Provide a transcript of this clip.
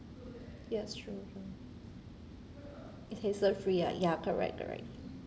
ya it's true mm it hassle free ah ya correct correct